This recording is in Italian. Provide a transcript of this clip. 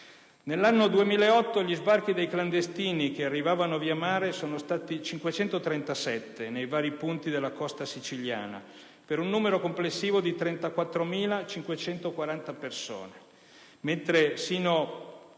Nel 2008 gli sbarchi dei clandestini, che arrivavano via mare, sono stati 537 nei vari punti della costa siciliana, per un numero complessivo di 34.540 persone, mentre fino